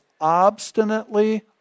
obstinately